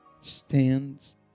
stands